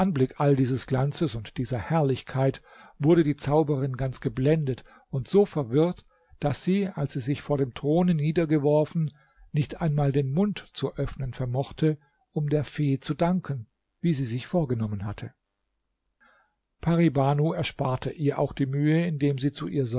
all dieses glanzes und dieser herrlichkeit wurde die zauberin ganz geblendet und so verwirrt daß sie als sie sich vor dem throne niedergeworfen nicht einmal den mund zu öffnen vermochte um der fee zu danken wie sie sich vorgenommen hatte pari banu ersparte ihr auch die mühe indem sie zu ihr